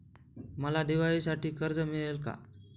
मला दिवाळीसाठी कर्ज मिळेल का?